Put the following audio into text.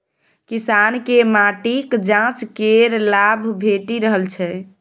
किसानकेँ माटिक जांच केर लाभ भेटि रहल छै